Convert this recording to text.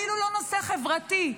אפילו לא נושא חברתי.